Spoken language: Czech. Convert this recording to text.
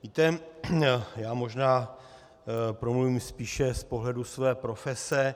Víte, možná promluvím spíše z pohledu své profese.